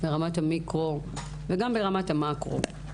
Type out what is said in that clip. ברמת המיקרו וגם ברמת המקרו.